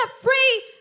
free